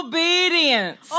Obedience